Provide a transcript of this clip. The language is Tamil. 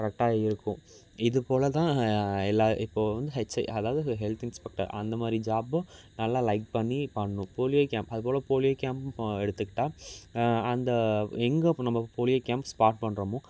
கரெக்டாக இருக்கும் இது போல் தான் எல்லா இப்போது வந்து ஹெச் அதாவது ஹெல்த் இன்ஸ்பெக்டர் அந்த மாதிரி ஜாபும் நல்லா லைக் பண்ணி பண்ணணும் போலியோ கேம்ப் அது போல் போலியோ கேம்ப்பும் எடுத்துக்கிட்டால் அந்த எங்கே இப்போ நம்ம போலியோ கேம்ப் ஸ்பாட் பண்ணுறமோ